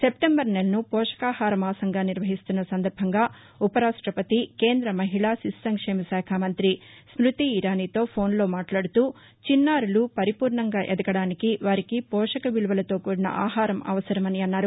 September నెలను పోషకాహార మాసంగా నిర్వహిస్తున్న సందర్బంగా ఉపరాష్టపతి కేంద్ర మహిళా శిశు సంక్షేమ శాఖ మంత్రి స్క్రుతి ఇరానీ తో ఫోన్ లో మాట్లాడుతూ చిన్నారులు పరిపూర్ణంగా ఎదగడానికి వారికి పోషక విలువలతో కూడిన ఆహారం అవనరమని అన్నారు